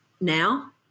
now